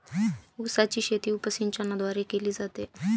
उसाची शेती उपसिंचनाद्वारे केली जाते